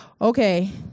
okay